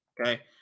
Okay